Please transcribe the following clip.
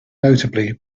notably